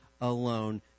alone